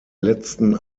letzten